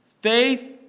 Faith